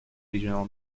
regional